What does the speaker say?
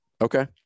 okay